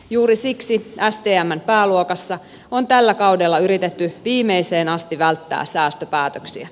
juuri siksi stmn pääluokassa on tällä kaudella yritetty viimeiseen asti välttää säästöpäätöksiä